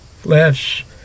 flesh